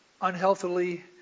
unhealthily